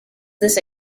this